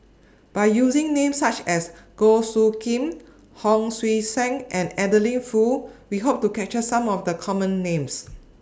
By using Names such as Goh Soo Khim Hon Sui Sen and Adeline Foo We Hope to capture Some of The Common Names